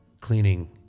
cleaning